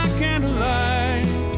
candlelight